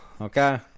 okay